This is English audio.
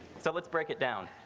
so let's break it down.